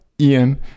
Ian